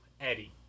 Eddie